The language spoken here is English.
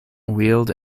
wheeled